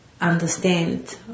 understand